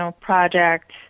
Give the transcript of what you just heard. project